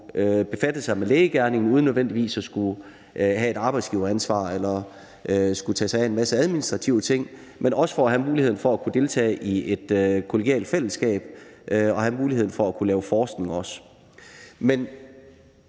befatte sig med lægegerningen uden nødvendigvis at skulle have et arbejdsgiveransvar eller skulle tage sig af en masse administrative ting, men også for at have muligheden for at kunne deltage i et kollegialt fællesskab og have muligheden for at kunne lave forskning.